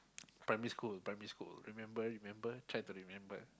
primary school primary school remember remember try to remember